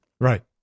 Right